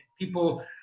people